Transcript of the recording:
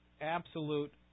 absolute